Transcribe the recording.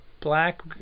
black